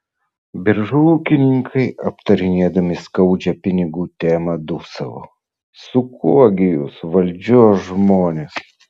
biržų ūkininkai aptarinėdami skaudžią pinigų temą dūsavo su kuo gi jūs valdžios žmonės